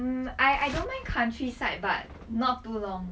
mm I I don't mind countryside but not too long